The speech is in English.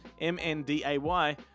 M-N-D-A-Y